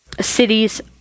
cities